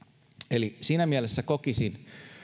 eli siinä mielessä kokisin